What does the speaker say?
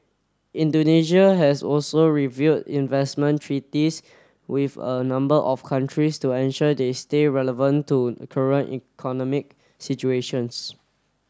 Indonesia has also review investment treaties with a number of countries to ensure they stay relevant to current economic situations